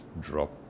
drop